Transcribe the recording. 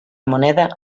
moneda